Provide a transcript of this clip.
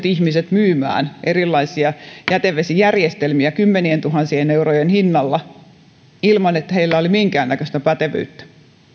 ihmiset liikkeelle myymään erilaisia jätevesijärjestelmiä kymmenientuhansien eurojen hinnalla ilman että heillä oli minkäännäköistä pätevyyttä